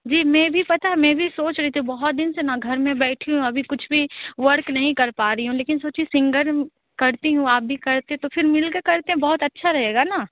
जी में भी पता मैं भी सोच रही थी बहुत दिन से ना घर में बैठी हूँ अभी कुछ भी वर्क नहीं कर पा रही हूँ लेकिन सोची हूँ सिंगर करती हूँ आप भी करते तो फिर मिलकर करते बहुत अच्छा रहेगा ना